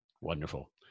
Wonderful